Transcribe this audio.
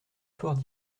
fort